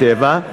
"טבע"